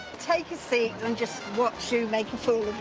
take a seat and just watch you make a fool